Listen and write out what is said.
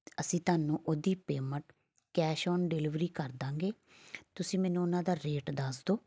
ਅਸੀਂ ਤੁਹਾਨੂੰ ਉਹਦੀ ਪੇਮੈਂਟ ਕੈਸ਼ ਔਨ ਡਿਲੀਵਰੀ ਕਰ ਦੇਵਾਂਗੇ ਤੁਸੀਂ ਮੈਨੂੰ ਉਹਨਾਂ ਦਾ ਰੇਟ ਦੱਸ ਦਿਉ